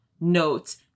notes –